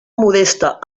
modesta